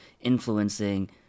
influencing